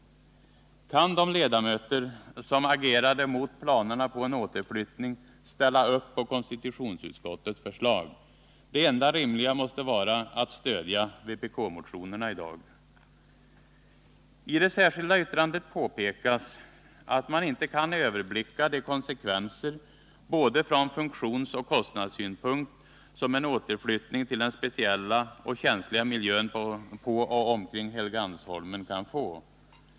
Kan de ledamöter som agerade mot planerna på en återflyttning ställa upp på konstitutionsutskottets förslag? Det enda rimliga måste vara att stödja vpk-motionerna i dag. I det särskilda yttrandet påpekas att man inte kan överblicka de konsekvenser från både funktionsoch kostnadssynpunkt som en återflyttning till den speciella och känsliga miljön på och omkring Helgeandsholmen kan få.